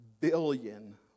billion